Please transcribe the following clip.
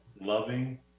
loving